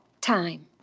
time